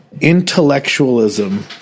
intellectualism